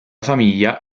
famiglia